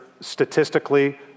statistically